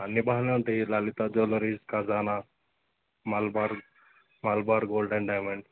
అన్నీ బాగా ఉంటాయి ఈ Lalitha jewellery Khazana Malabar Malabar gold and diamonds